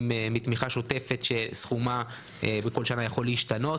מתמיכה שוטפת שסכומה בכל שנה יכול להשתנות,